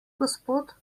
gospod